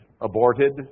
aborted